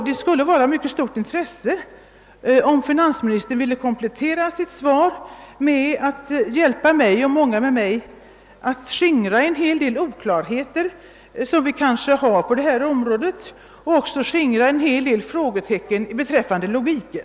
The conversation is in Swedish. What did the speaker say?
Det skulle vara av mycket stort intresse, om finansministern ville komplettera sitt svar med att hjälpa mig och många andra att skingra några av oklarheterna på detta område och även undanröja en hel del frågetecken beträffande logiken.